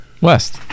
west